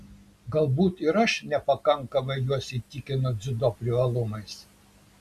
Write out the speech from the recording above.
galbūt ir aš nepakankamai juos įtikinu dziudo privalumais